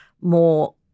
more